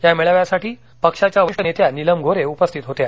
या मेळाव्यासाठी पक्षाच्या वरिष्ठ नेत्या नीलम गोऱ्हे उपस्थित होत्या